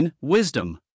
Wisdom